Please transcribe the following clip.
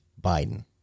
Biden